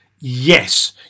yes